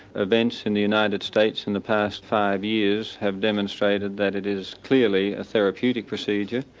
events in the united states in the past five years have demonstrated that it is clearly a therapeutic procedure.